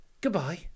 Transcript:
Goodbye